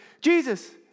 Jesus